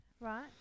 Right